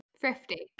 Thrifty